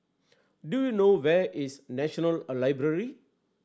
do you know where is National a Library